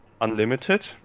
unlimited